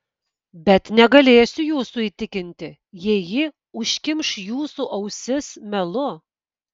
bet negalėsiu jūsų įtikinti jei ji užkimš jūsų ausis melu